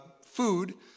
food